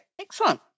Excellent